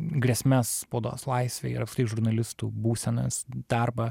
grėsmes spaudos laisvei ir žurnalistų būsenas darbą